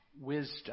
wisdom